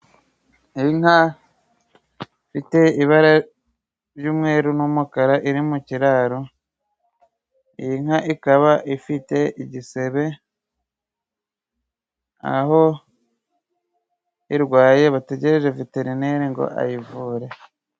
Inka ifite ibara ry'umweru n'umukara iri mu kiraro, iyi nka ikaba ifite igisebe, aho irwaye bategereje viterineri ngo ayivure.